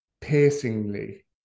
Piercingly